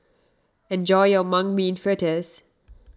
enjoy your Mung Bean Fritters